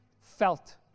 felt